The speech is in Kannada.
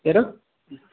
ಯಾರು